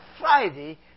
Friday